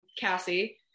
cassie